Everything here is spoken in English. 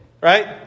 right